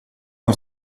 uno